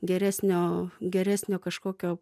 geresnio geresnio kažkokio